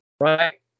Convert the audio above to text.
right